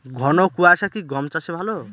ঘন কোয়াশা কি গম চাষে ভালো?